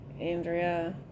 Andrea